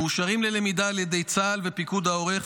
ומאושרים ללמידה על ידי צה"ל ופיקוד העורף.